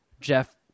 Jeff